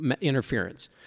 interference